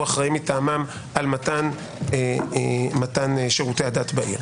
הוא האחראי מטעמם על מתן שירותי הדת בעיר.